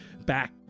back